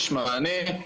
יש מענה,